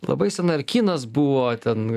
labai sena ir kinas buvo ten